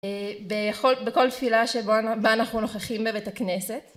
בכל ... בכל תפילה שבה אנחנו נוכחים בבית הכנסת.